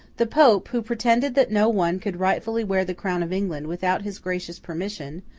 the pope, who pretended that no one could rightfully wear the crown of england without his gracious permission,